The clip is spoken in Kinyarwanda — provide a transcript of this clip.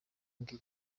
ngibyo